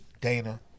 Dana